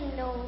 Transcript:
no